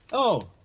oh.